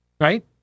right